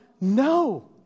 no